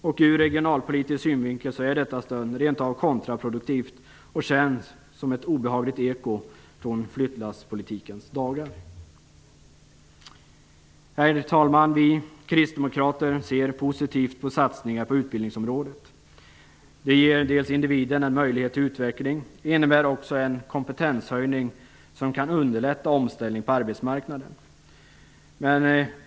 Ur regionalpolitisk synvinkel är detta stöd rent av kontraproduktivt och känns som ett obehagligt eko från flyttlasspolitikens dagar. Herr talman! Vi kristdemokrater ser positivt på satsningar på utbildningsområdet. Det ger dels individen en möjlighet till utveckling, dels en kompetenshöjning som kan underlätta omställningen på arbetsmarknaden.